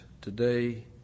today